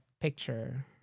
picture